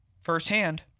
firsthand